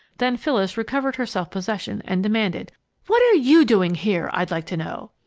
then phyllis recovered her self-possession and demanded what are you doing here, i'd like to know?